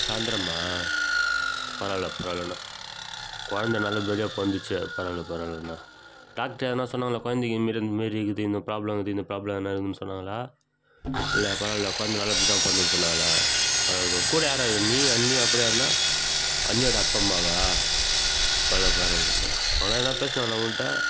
சாயந்திரமா பரவாயில்ல பரவாயில்லண்ணா குழந்த நல்லபடியாக பிறந்துச்சே பரவாயில்ல பரவாயில்லண்ணா டாக்டர் எதனால் சொன்னாங்களா குழந்தைக்கி இந்த மாரி இந்த மாரி இருக்குது இந்த ப்ராப்ளம் இருக்குது இந்த ப்ராப்ளம் என்ன ஏதுன்னு சொன்னாங்களா இல்லை பரவாயில்ல குழந்த நல்லபடி தான் பிறந்துருக்குன்னு சொன்னாங்களா பரவாயில்ல இப்போ கூட யாரார் நீ அண்ணி அப்புறம் யாருண்ணா அண்ணி ஓட அப்பா அம்மாவா பரவாயில்ல பரவாயில்லண்ணா அவர்களா எதனால் பேசினாங்களா உங்கள்கிட்ட